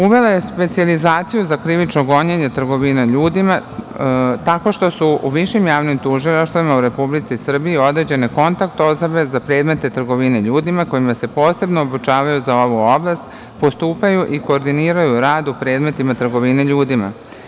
Uvela je specijalizaciju za krivično gonjenje trgovine ljudima tako što su u višim javnim tužilaštvima u Republici Srbiji određene kontakt osobe za predmete trgovine ljudima, koji se posebno obučavaju za ovu oblast, postupaju i koordiniraju rad u predmetima trgovine ljudima.